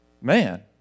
man